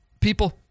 People